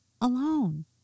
alone